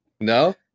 no